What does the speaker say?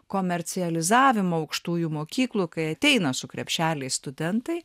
komercializavimo aukštųjų mokyklų kai ateina su krepšeliais studentai